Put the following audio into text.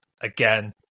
Again